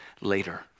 later